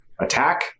attack